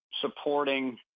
supporting